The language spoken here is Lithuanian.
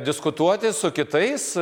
diskutuoti su kitais